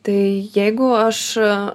tai jeigu aš